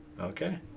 Okay